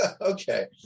Okay